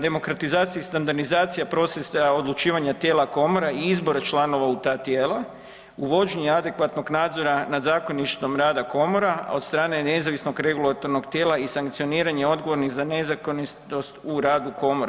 Demokratizacija i standardizacija procesa odlučivanja tijela komora i izbora članova u ta tijela, uvođenje adekvatnog nadzora nad zakoništvom rada komora, a od strane nezavisnog regulatornog tijela i sankcioniranje odgovornih za nezakonitost u radu komora.